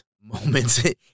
moments